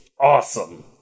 awesome